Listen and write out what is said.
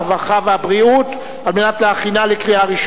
הרווחה והבריאות נתקבלה.